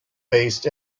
based